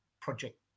project